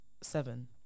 seven